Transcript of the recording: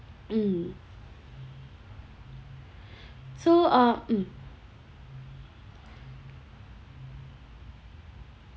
mm so uh mm